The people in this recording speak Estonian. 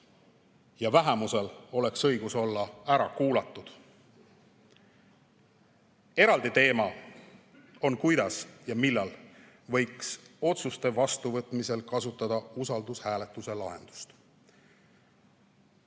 ja vähemusel oleks õigus olla ära kuulatud. Eraldi teema on, kuidas ja millal võiks otsuste vastuvõtmisel kasutada usaldushääletuse lahendust.